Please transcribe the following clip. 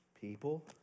People